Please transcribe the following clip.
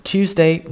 Tuesday